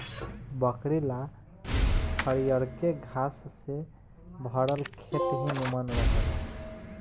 बकरी ला हरियरके घास से भरल खेत ही निमन रहेला